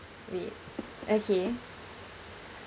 wi~ okay